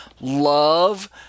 love